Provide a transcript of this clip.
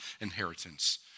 inheritance